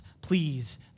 please